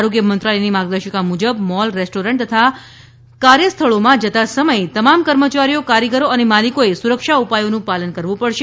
આરોગ્ય મંત્રાલયની માર્ગદર્શિકા મુજબ મોલ રેસ્ટોરન્ટ અથવા કાર્યસ્થળોમાં જતા સમયે તમામ કર્મચારીઓ કારીગરો અને માલિકોએ સુરક્ષા ઉપાયોનું પાલન કરવું પડશે